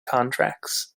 contracts